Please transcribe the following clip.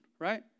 Right